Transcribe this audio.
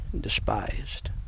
despised